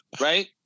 Right